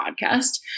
podcast